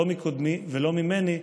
לא מקודמי ולא ממני,